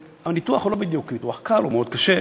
והניתוח הוא לא בדיוק ניתוח קל, הוא מאוד קשה.